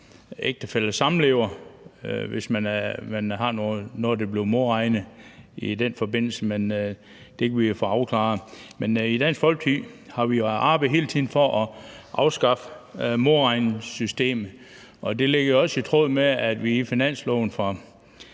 eller samlever, hvis man har noget, der bliver modregnet i den forbindelse. Men det kan vi jo få afklaret. I Dansk Folkeparti har vi jo hele tiden arbejdet på at afskaffe modregningssystemet, og det er også i tråd med, at vi, da vi lavede